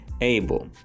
able